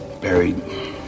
buried